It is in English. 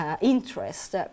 interest